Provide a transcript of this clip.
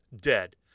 dead